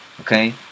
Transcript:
okay